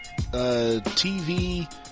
TV